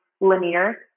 linear